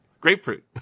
grapefruit